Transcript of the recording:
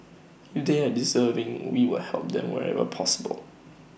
if they have deserving we will help them wherever possible